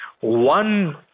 one